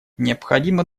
необходима